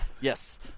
yes